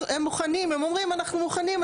הם אומרים, אנחנו מוכנים.